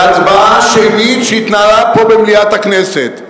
בהצבעה שמית שהתנהלה פה במליאת הכנסת,